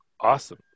Awesome